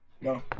No